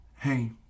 Hey